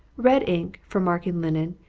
red ink, for marking linen,